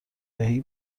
دهی